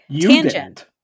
tangent